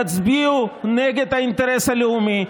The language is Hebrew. תצביעו נגד האינטרס הלאומי,